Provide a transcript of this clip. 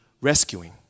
rescuing